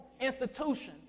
institutions